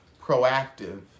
proactive